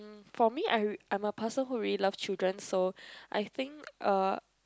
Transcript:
for me I I'm a person who really loves children so I think uh